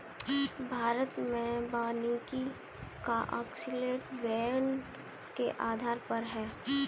भारत में वानिकी का अस्तित्व वैन के आधार पर है